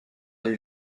les